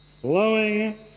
flowing